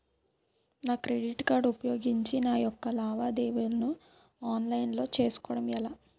నా credit card ఉపయోగించి నా యెక్క లావాదేవీలను ఆన్లైన్ లో చేసుకోవడం ఎలా?